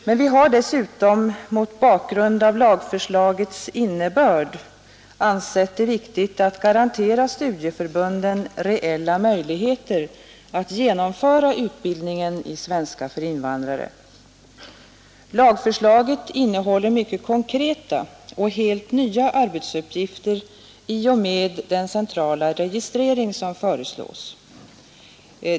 Men vi har dessutom mot bakgrund av lagförslagets innebörd ansett det viktigt att garantera studieförbunden reella möjligheter att genomföra utbildningen i svenska för invandrare. Lagförslaget innehåller mycket konkreta och helt nya arbetsuppgifter i och med den centrala registrering som föreslås.